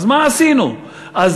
אז